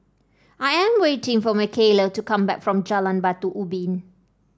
I am waiting for Makayla to come back from Jalan Batu Ubin